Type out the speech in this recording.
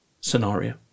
scenario